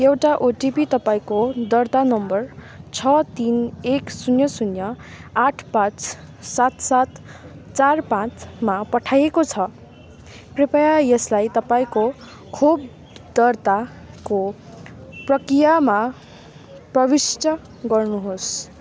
एउटा ओटिपी तपाईँको दर्ता नम्बर छ तिन एक शून्य शून्य आठ पाँच सात सात चार पाँचमा पठाइएको छ कृपया यसलाई तपाईँको खोप दर्ताको प्रकियामा प्रविष्ट गर्नुहोस्